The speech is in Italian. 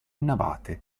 navate